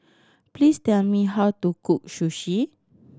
please tell me how to cook Sushi